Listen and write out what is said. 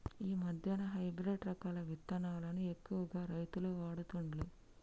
ఈ మధ్యన హైబ్రిడ్ రకాల విత్తనాలను ఎక్కువ రైతులు వాడుతుండ్లు